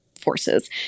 Forces